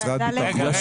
אין שוויוניות.